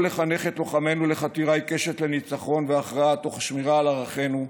ולחנך את לוחמינו לחתירה עיקשת לניצחון והכרעה תוך שמירה על ערכינו,